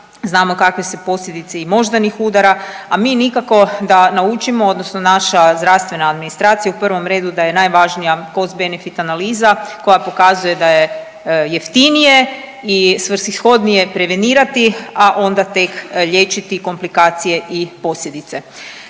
Znamo kakve se posljedice i moždanih udara, a mi nikako da naučimo odnosno naša zdravstvena organizacija u prvom redu da je najvažnija cost benefit analiza koja pokazuje da je jeftinije i svrsishodnije prevenirati, a onda tek liječiti komplikacije i posljedice.